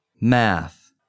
Math